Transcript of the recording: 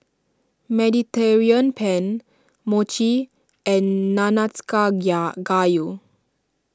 Mediterranean Penne Mochi and Gayu